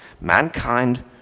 Mankind